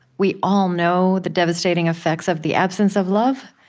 we all know the devastating effects of the absence of love,